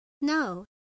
No